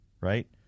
right